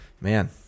Man